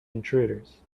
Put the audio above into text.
intruders